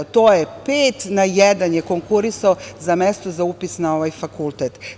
Pet na jedan je konkurisao za mesto za upis na ovaj fakultet.